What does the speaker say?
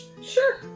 Sure